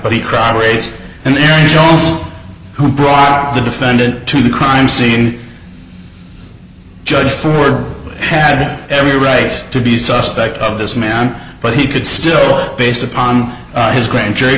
rates and who brought the defendant to the crime scene judge ford had every right to be suspect of this man but he could still based upon his grand jury